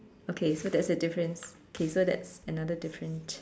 okay so that's a difference so that's another difference